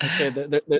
Okay